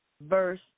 verse